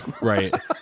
Right